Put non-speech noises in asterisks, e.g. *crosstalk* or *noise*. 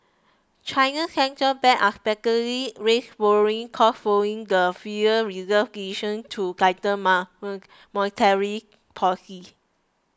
China's Central Bank unexpectedly raised borrowing costs following the Federal Reserve's *unintelligible* to tighten *unintelligible* monetary *unintelligible*